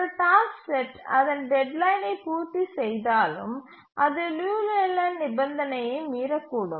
ஒரு task set அதன் டெட்லைனை பூர்த்திசெய்தாலும் அது லியு லேலேண்ட் நிபந்தனையை மீறக்கூடும்